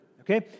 okay